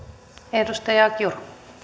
arvoisa